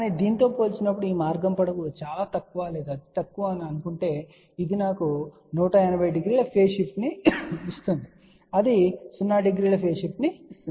కానీ దీనితో పోల్చినప్పుడు ఈ మార్గం పొడవు చాలా తక్కువ లేదా అతి తక్కువ అని ఊహిస్తే ఇది నాకు 1800 ఫేజ్ షిఫ్ట్ ఇస్తుంది ఇది 00 ఫేజ్ షిఫ్ట్ ఇస్తుంది